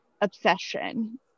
obsession